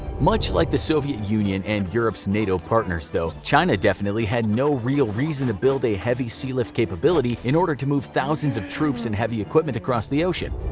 much like the soviet union and europe's nato partners though, china definitely had no real reason to build a heavy sealift capability in order to move thousands of troops and heavy equipment across the ocean.